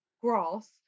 Grass